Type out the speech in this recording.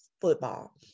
football